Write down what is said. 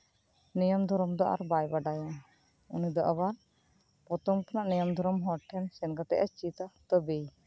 ᱱᱤᱭᱚᱢ ᱫᱷᱚᱨᱚᱢ ᱫᱚ ᱟᱨ ᱵᱟᱭ ᱵᱟᱰᱟᱭᱟ ᱩᱱᱤ ᱫᱚ ᱟᱵᱟᱨ ᱯᱨᱚᱛᱷᱚᱢ ᱠᱷᱚᱱᱟᱜ ᱱᱤᱭᱚᱢ ᱦᱚᱲ ᱴᱷᱮᱱ ᱥᱮᱱ ᱠᱟᱛᱮᱫ ᱮ ᱪᱮᱫᱟ ᱛᱚᱵᱮᱭ